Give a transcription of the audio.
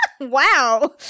Wow